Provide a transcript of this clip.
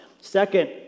Second